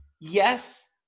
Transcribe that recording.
yes